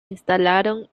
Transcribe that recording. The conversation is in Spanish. instalaron